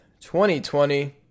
2020